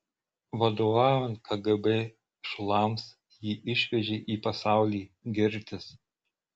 vadovaujant kgb šulams jį išvežė į pasaulį girtis